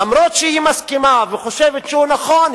אף-על-פי שהיא מסכימה וחושבת שהוא נכון,